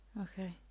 Okay